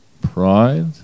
pride